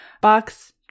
Box